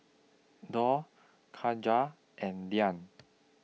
Daud Khadija and Dhia